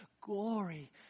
glory